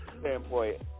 standpoint